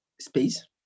space